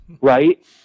right